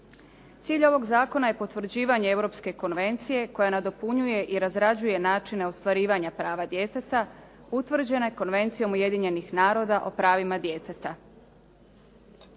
Cilj ovog zakona je potvrđivanje Europske konvencije koja nadopunjuje i razrađuje načine ostvarivanja prava djeteta utvrđene Konvencijom UN-a o pravima djeteta.